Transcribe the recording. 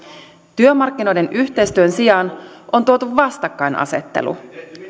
työmarkkinoiden yhteistyön sijaan on tuotu vastakkainasettelu